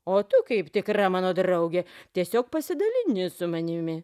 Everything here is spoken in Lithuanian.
o tu kaip tikra mano draugė tiesiog pasidalini su manimi